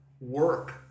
work